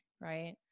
right